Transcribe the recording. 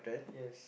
yes